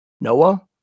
Noah